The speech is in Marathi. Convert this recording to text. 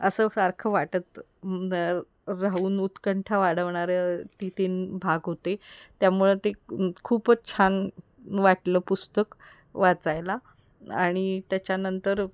असं सारखं वाटत राहून उत्कंठा वाढवणाऱ्या ती तीन भाग होते त्यामुळे ते खूपच छान वाटलं पुस्तक वाचायला आणि त्याच्यानंतर